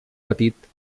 petit